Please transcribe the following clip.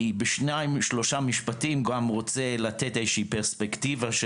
בשניים-שלושה משפטים אני גם רוצה לתת פרספקטיבה של